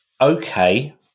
okay